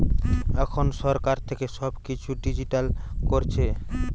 এখন সরকার থেকে সব কিছু ডিজিটাল করছে